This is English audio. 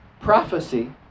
prophecy